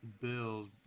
bills